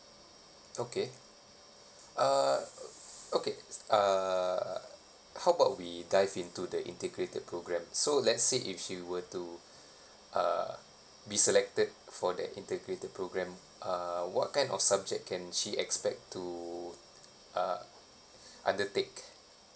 okay uh okay uh how about we dive into the integrated programme so let's say if she were to uh be selected for the integrated programme uh what kind of subject can she expect to uh undertake